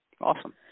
Awesome